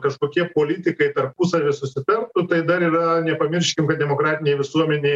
kažkokie politikai tarpusavyje susitartų tai dar yra nepamirškim kad demokratinėj visuomenėj